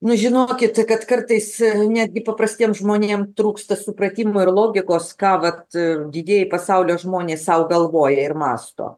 nu žinokit kad kartais netgi paprastiem žmonėm trūksta supratimo ir logikos ką vat didieji pasaulio žmonės sau galvoja ir mąsto